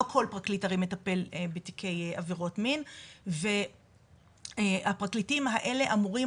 כי לא כל פרקליט הרי מטפל בתיקי עבירות מין והפרקליטים האלה אמורים